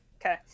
Okay